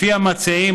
לפי המציעים,